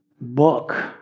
book